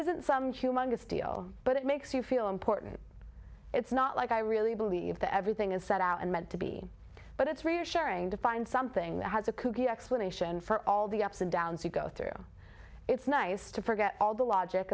isn't some human to steal but it makes you feel important it's not like i really believe that everything is set out and meant to be but it's reassuring to find something that has a kooky explanation for all the ups and downs you go through it's nice to forget all the logic